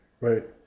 right